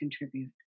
contribute